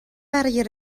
برای